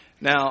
Now